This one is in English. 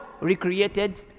recreated